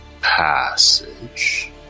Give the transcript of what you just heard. passage